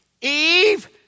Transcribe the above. Eve